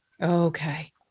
Okay